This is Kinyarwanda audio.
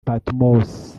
patmos